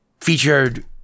featured